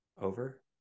over